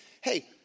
hey